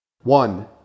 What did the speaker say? One